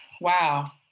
Wow